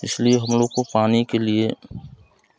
इसलिए हमलोग को पानी के लिए